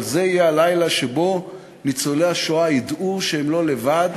אבל זה יהיה הלילה שבו ניצולי שואה ידעו שהם לא לבד